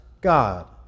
God